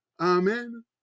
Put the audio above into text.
Amen